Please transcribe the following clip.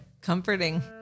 Comforting